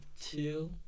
two